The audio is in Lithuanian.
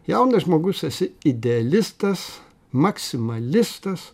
jaunas žmogus esi idealistas maksimalistas